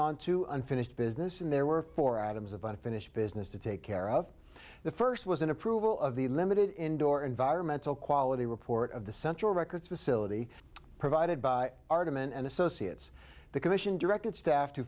on to unfinished business and there were four items of unfinished business to take care of the first was an approval of the limited indoor environmental quality report of the central records facility provided by argument and associates the commission directed staff to